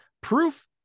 proof